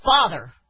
father